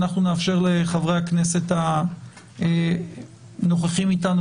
אנחנו נאפשר לחברי הכנסת הנוכחים אתנו